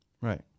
Right